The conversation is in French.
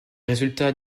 résultats